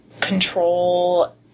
control